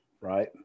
right